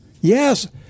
Yes